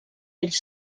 ells